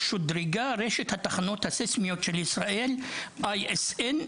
ששודרגה רשת התחנות הסיסמיות של ישראל ISN,